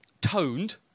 Toned